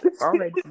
already